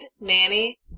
nanny